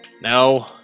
No